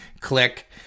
click